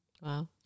Wow